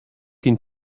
can